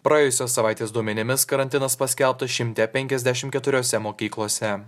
praėjusios savaitės duomenimis karantinas paskelbtas šimte penkiasdešimt keturiose mokyklose